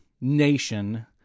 nation